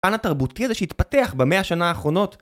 פן התרבותי הזה שהתפתח במאה השנה האחרונות